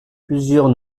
plusieurs